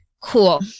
Cool